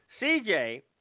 CJ